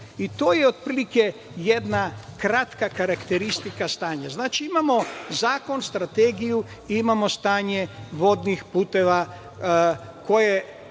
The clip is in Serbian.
To je otprilike jedna kratka karakteristika stanja. Znači, imamo zakon, strategiju, imamo stanje vodnih puteva koje